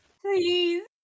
Please